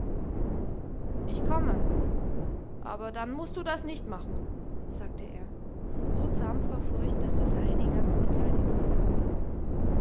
ich komme aber dann mußt du das nicht machen sagte er so zahm vor furcht daß das heidi ganz mitleidig wurde